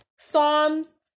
psalms